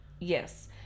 Yes